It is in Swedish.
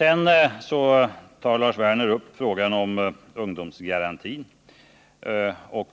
Lars Werner tar upp frågan om ungdomsgarantin och